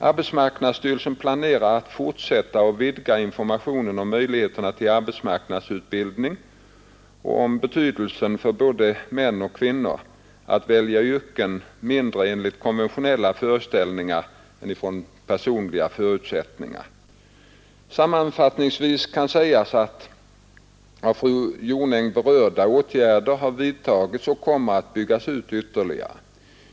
Arbetsmarknadsstyrelsen planerar att fortsätta och vidga informationen om möjligheterna till arbetsmarknadsutbildning och om betydelsen för både män och kvinnor av att välja yrke mindre enligt konventionella föreställningar än från personliga förutsättningar. Sammanfattningsvis kan sägas att av fru Jonäng berörda åtgärder har vidtagits och kommer att byggas ut ytterligare.